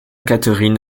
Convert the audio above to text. catherine